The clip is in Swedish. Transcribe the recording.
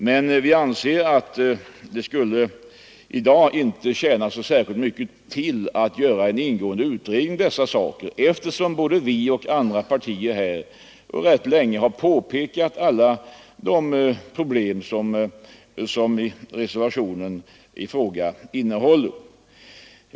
Men vi anser att det i dag inte skulle tjäna särskilt mycket till att göra en ingående utredning om dessa saker, eftersom både vårt parti och andra partier har pekat på alla de problem som behandlas i reservationen.